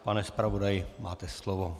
Pane zpravodaji, máte slovo.